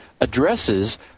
addresses